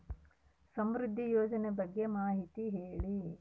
ಸಮೃದ್ಧಿ ಯೋಜನೆ ಬಗ್ಗೆ ಮಾಹಿತಿ ಹೇಳಿ?